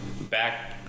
back